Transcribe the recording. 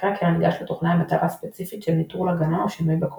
הקראקר ניגש לתוכנה עם מטרה ספציפית של נטרול הגנה או שינוי בקוד,